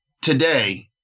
today